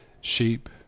sheep